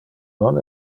non